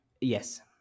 Yes